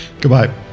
Goodbye